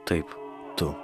taip tu